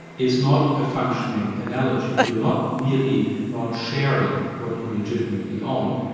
is not a functioning analogy, you're not merely not sharing what you legitimately own,